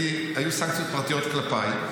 היו סנקציות פרטיות כלפיי?